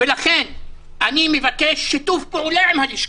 לכן אני מבקש שיתוף פעולה עם הלשכה.